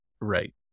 Right